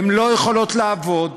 הן לא יכולות לעבוד,